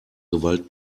gewalt